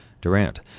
Durant